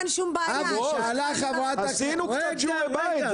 שהוא סיכום תקציבי 2023,